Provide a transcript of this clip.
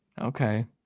Okay